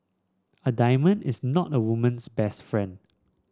a diamond is not a woman's best friend